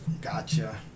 Gotcha